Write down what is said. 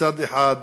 מצד אחד,